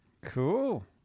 Cool